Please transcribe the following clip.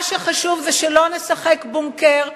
מה שחשוב זה שלא נשחק בונקר,